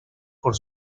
por